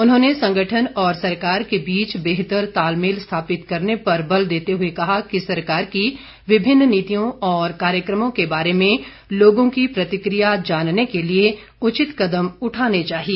उन्होंने संगठन और सरकार के बीच बेहतर तालमेल स्थापित करने पर बल देते हुए कहा कि सरकार की विभिन्न नीतियों और कार्यक्रमों के बारे में लोगों की प्रतिक्रिया जानने के लिए उचित कदम उठाने चाहिए